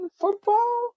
football